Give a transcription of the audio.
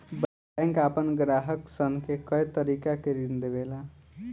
bank आपना ग्राहक सन के कए तरीका के ऋण देवेला